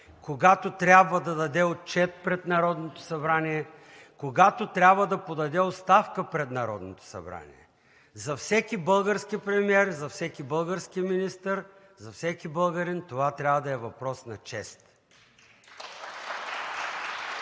когато трябва да даде отчет пред Народното събрание, когато трябва да подаде оставка пред Народното събрание. За всеки български премиер, за всеки български министър, за всеки българин това трябва да е въпрос на чест.